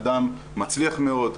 אדם מצליח מאוד,